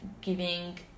giving